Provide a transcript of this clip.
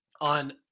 on